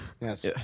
Yes